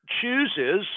chooses